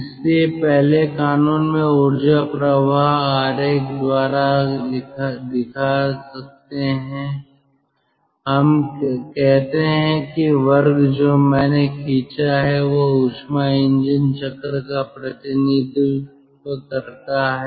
इसलिए पहले कानून में ऊर्जा प्रवाह आरेख द्वारा दिखा सकते हैं हम कहते हैं कि वर्ग जो मैंने खींचा है वह ऊष्मा इंजन चक्र का प्रतिनिधित्व करता है